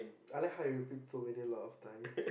I like how you repeat so many a lot of times